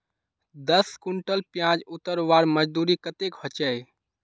दस कुंटल प्याज उतरवार मजदूरी कतेक होचए?